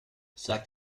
sag